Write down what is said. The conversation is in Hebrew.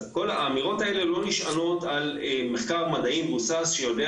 האמירות האלה לא נשענות על מחקר מדעי מבוסס שיודע